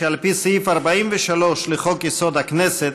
שעל-פי סעיף 43 לחוק-יסוד: הכנסת,